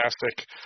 fantastic